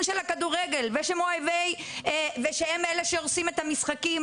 של הכדורגל ושם אלה שהורסים את המשחקים,